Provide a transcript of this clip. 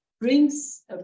brings